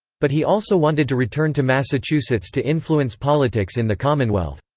but he also wanted to return to massachusetts to influence politics in the commonwealth.